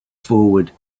forward